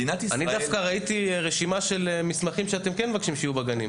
אני דווקא ראיתי רשימה של מסמכים שאתם כן מבקשים שיהיו בגנים.